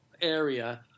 area